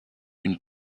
une